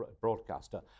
broadcaster